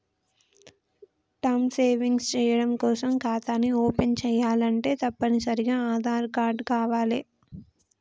term savings చెయ్యడం కోసం ఖాతాని ఓపెన్ చేయాలంటే తప్పనిసరిగా ఆదార్ కార్డు కావాలే